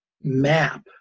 map